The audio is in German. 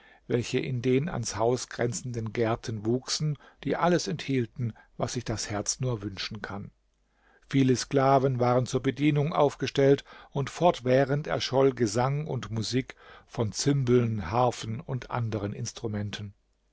welche in den ans haus grenzenden gärten wuchsen die alles enthielten was sich das herz nur wünschen kann viele sklaven waren zur bedienung aufgestellt und fortwährend erscholl gesang und musik von cymbeln harfen und anderen instrumenten